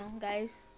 guys